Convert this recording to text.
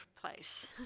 place